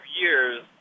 years